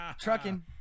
trucking